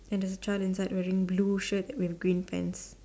and there is a child inside wearing blue shirt and green pants